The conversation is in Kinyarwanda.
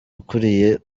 ukuriye